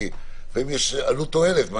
כי לפעמים יש עלות-תועלת.